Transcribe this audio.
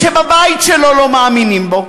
כשבבית שלו לא מאמינים בו,